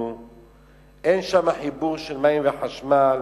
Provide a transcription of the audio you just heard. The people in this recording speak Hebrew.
אין שם חיבור של מים וחשמל,